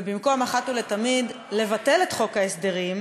ובמקום אחת ולתמיד לבטל את חוק ההסדרים,